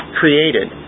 created